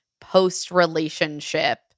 post-relationship